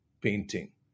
painting